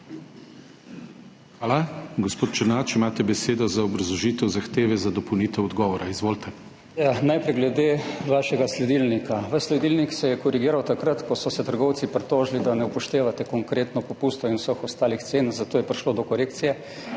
Hvala. Gospod Černač, imate besedo za obrazložitev zahteve za dopolnitev odgovora, izvolite. ZVONKO ČERNAČ (PS SDS): Najprej glede vašega sledilnika. Vaš sledilnik se je korigiral takrat, ko so se trgovci pritožili, da ne upoštevate konkretno popustov in vseh ostalih cen, zato je prišlo do korekcije.